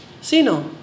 Sino